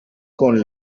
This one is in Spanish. con